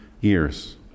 years